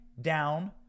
down